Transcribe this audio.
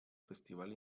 festival